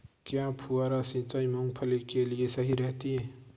क्या फुहारा सिंचाई मूंगफली के लिए सही रहती है?